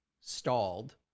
stalled